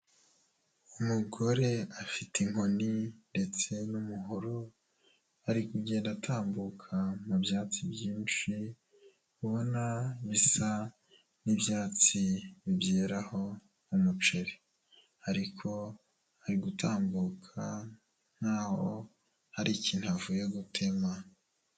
Umugore afite inkoni ndetse n'umuhoro, ari kugenda atambuka mu byatsi byinshi ubona bisa n'ibyatsi byeraho umuceri. Ariko ari gutambuka nkaho hari ikintu avuye gutema.